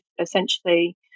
essentially